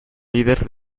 líder